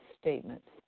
statements